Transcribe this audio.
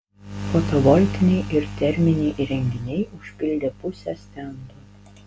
fotovoltiniai ir terminiai įrenginiai užpildė pusę stendų